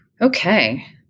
Okay